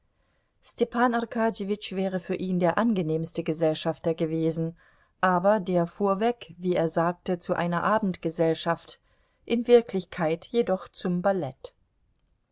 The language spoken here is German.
arkadjewitsch wäre für ihn der angenehmste gesellschafter gewesen aber der fuhr weg wie er sagte zu einer abendgesellschaft in wirklichkeit jedoch zum ballett